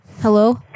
Hello